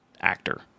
actor